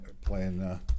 playing